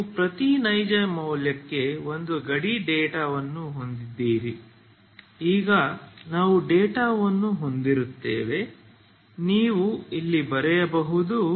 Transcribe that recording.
ನೀವು ಪ್ರತಿ ನೈಜ ಮೌಲ್ಯಕ್ಕೆ ಒಂದು ಗಡಿ ಡೇಟಾವನ್ನು ಹೊಂದಿದ್ದೀರಿ ಈಗ ನಾವು ಡೇಟಾವನ್ನು ಹೊಂದಿದ್ದೇವೆ ನೀವು ಇಲ್ಲಿ ಬರೆಯಬಹುದು